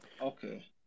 Okay